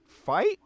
fight